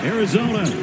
Arizona